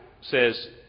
says